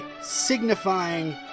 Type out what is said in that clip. signifying